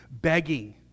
begging